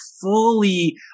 fully